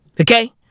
Okay